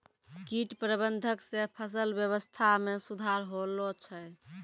कीट प्रबंधक से फसल वेवस्था मे सुधार होलो छै